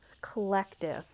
collective